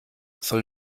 soll